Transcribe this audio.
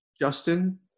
Justin